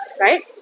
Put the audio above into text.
right